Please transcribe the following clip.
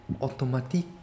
automatic